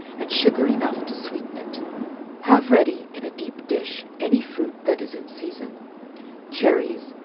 and sugar enough to sweeten it have ready, in a deep dish, any fruit that is in season cherries,